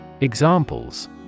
Examples